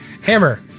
Hammer